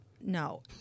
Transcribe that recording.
No